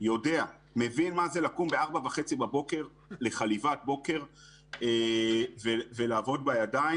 ויודע מה זה לקום ב-04:30 בבוקר לחליבת בוקר ולעבוד בידיים.